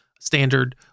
standard